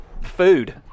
food